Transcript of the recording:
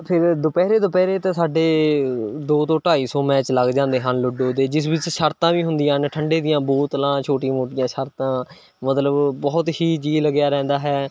ਫਿਰ ਦੁਪਹਿਰੇ ਦੁਪਹਿਰੇ ਤਾਂ ਸਾਡੇ ਦੋ ਤੋਂ ਢਾਈ ਸੌ ਮੈਚ ਲੱਗ ਜਾਂਦੇ ਹਨ ਲੂਡੋ ਦੇ ਜਿਸ ਵਿੱਚ ਸ਼ਰਤਾਂ ਵੀ ਹੁੰਦੀਆਂ ਹਨ ਠੰਡੇ ਦੀਆਂ ਬੋਤਲਾਂ ਛੋਟੀ ਮੋਟੀਆਂ ਸ਼ਰਤਾਂ ਮਤਲਬ ਬਹੁਤ ਹੀ ਜੀਅ ਲੱਗਿਆ ਰਹਿੰਦਾ ਹੈ